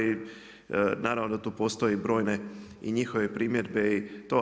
I naravno da tu postoje brojne i njihove primjedbe i to.